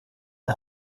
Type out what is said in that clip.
det